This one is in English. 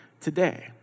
today